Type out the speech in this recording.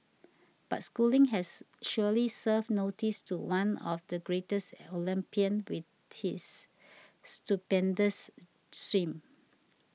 but Schooling has surely served notice to the one of the greatest Olympian with this stupendous swim